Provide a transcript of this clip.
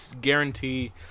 guarantee